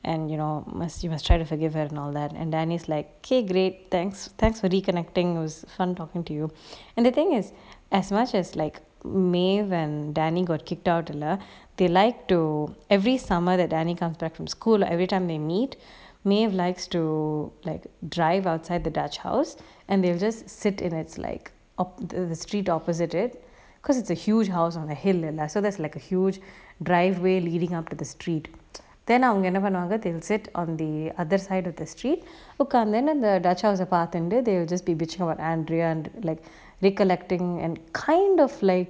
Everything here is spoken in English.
and you know must you must try to forgive her and all that and danny is like K great thanks thanks for reconnecting it was fun talking to you and the thing is as much as like maeve and danny got kicked out இல்ல:illa they like to every summer that danny comes back from school every time they meet maeve likes to like drive outside the dutch house and they'll just sit in its like op~ the street opposite it cause it's a huge house on the hill and that so that's like a huge driveway leading up to the street then அவங்க என்ன பண்ணுவாங்க:avanga enna pannuvanga they will sit on the other side of the street உக்காந்துனு அந்த:ukkanthunu antha dutch house ah பாத்துன்டு:pathundu they will just be bitching about andrea and like recollecting and kind of like